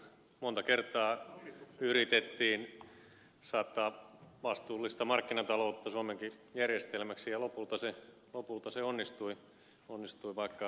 monta kertaa yritettiin saattaa vastuullista markkinataloutta suomenkin järjestelmäksi ja lopulta se onnistui vaikka sitäkin vastustettiin